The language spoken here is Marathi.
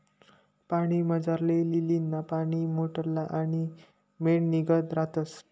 पाणीमझारली लीलीना पाने मोठल्ला आणि मेणनीगत रातस